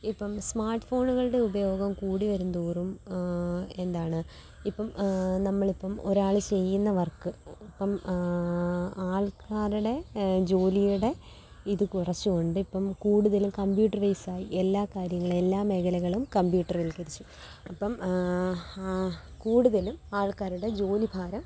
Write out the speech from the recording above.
ഇപ്പോള് സ്മാർട്ട് ഫോണുകളുടെ ഉപയോഗം കൂടി വരുംതോറും എന്താണ് ഇപ്പോള് നമ്മളിപ്പോള് ഒരാള് ചെയ്യുന്ന വർക്ക് ഇപ്പോള് ആൾക്കാരുടെ ജോലിയുടെ ഇത് കുറച്ചുകൊണ്ട് ഇപ്പോള് കൂടുതലും കമ്പ്യൂട്ടറൈസ് ആയി എല്ലാ കാര്യങ്ങളും എല്ലാ മേഖലകളും കമ്പ്യൂട്ടർവൽക്കരിച്ചു അപ്പോള് കൂടുതലും ആൾക്കാരുടെ ജോലിഭാരം